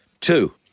Two